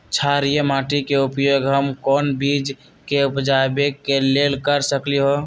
क्षारिये माटी के उपयोग हम कोन बीज के उपजाबे के लेल कर सकली ह?